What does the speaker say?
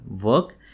work